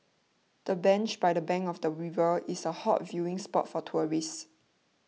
the bench by the bank of the river is a hot viewing spot for tourists